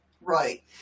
Right